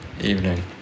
evening